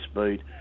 speed